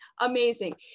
amazing